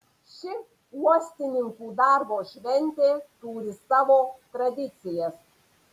ši uostininkų darbo šventė turi savo tradicijas